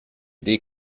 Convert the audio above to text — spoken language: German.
idee